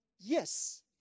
Yes